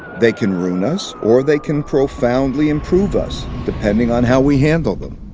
they can ruin us, or they can profoundly improve us depending on how we handle them.